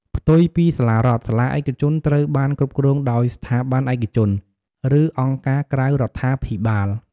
ផ្ទុយពីសាលារដ្ឋ សាលាឯកជនត្រូវបាន គ្រប់គ្រងដោយស្ថាប័នឯកជន ឬអង្គការក្រៅរដ្ឋាភិបាល ។